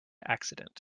accident